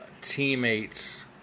teammates